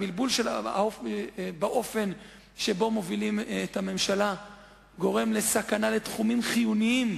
הבלבול באופן שבו מובילים את הממשלה גורם לסכנה לתחומים חיוניים